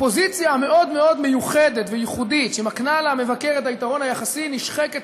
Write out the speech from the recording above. הפוזיציה המאוד-מאוד מיוחדת וייחודית שמקנה למבקר את היתרון היחסי נשחקת